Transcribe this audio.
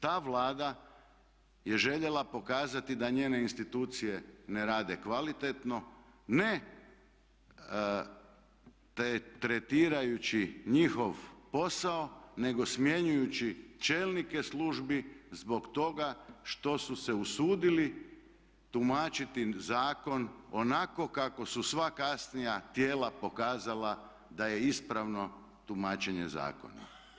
Ta Vlada je željela pokazati da njene institucije ne rade kvalitetno, ne tretirajući njihov posao nego smjenjujući čelnike službi zbog toga što su se usudili tumačiti zakon onako kako su sva kasnija tijela pokazala da je ispravno tumačenje zakona.